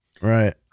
Right